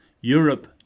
Europe